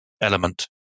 element